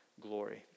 glory